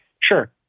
sure